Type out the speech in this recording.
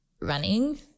running